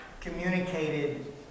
communicated